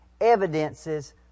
evidences